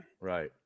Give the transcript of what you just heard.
Right